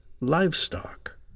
livestock